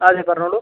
അതെ പറഞ്ഞോളൂ